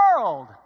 world